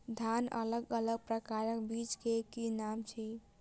धान अलग अलग प्रकारक बीज केँ की नाम अछि?